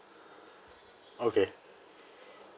okay